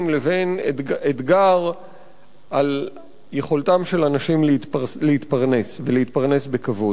לבין יכולתם של אנשים להתפרנס בכבוד.